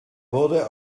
wurde